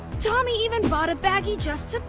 tommy even bought a baggie just to